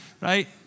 Right